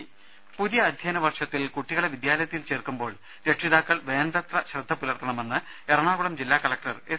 ദരദ പുതിയ അധ്യയന വർഷത്തിൽ കുട്ടികളെ വിദ്യാലയത്തിൽ ചേർക്കുമ്പോൾ രക്ഷിതാക്കൾ വേണ്ടത്ര ശ്രദ്ധ പുലർത്തണമെന്ന് എറണാകുളം ജില്ലാ കലക്ടർ എസ്